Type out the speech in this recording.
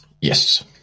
Yes